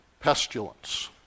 pestilence